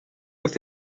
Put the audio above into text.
with